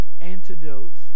antidote